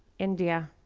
india,